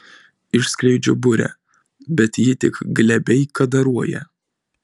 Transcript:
išskleidžiu burę bet ji tik glebiai kadaruoja